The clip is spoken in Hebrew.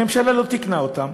הממשלה לא תיקנה אותם.